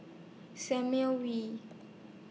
San Mail Wee